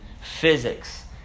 physics